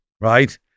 right